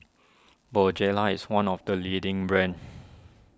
Bonjela is one of the leading brands